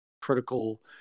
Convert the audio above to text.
critical